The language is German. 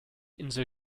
insel